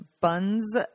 buns